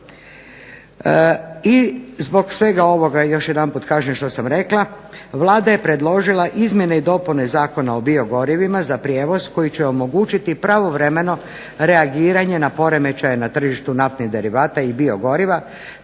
I zbog svega ovoga još jedanput kažem što sam rekla. Vlada je predložila izmjene i dopune Zakona o biogorivima za prijevoz koji će omogućiti pravovremeno reagiranje na poremećaje na tržištu naftnih derivata i biogoriva,